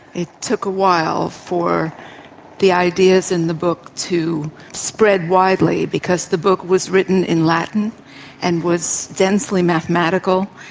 it took a while for the ideas in the book to spread widely, because the book was written in latin and was densely mathematical,